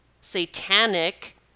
satanic